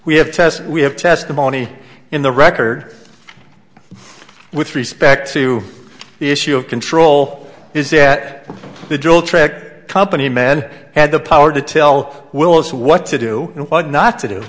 we have test we have testimony in the record with respect to the issue of control is set the drill trick company men had the power to tell willis what to do and what not to do